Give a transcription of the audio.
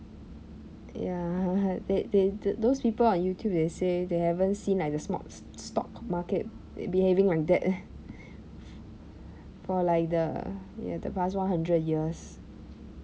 ya they they the those people on youtube they say they haven't seen like the s~ stock market behaving like that eh for like the the past one hundred years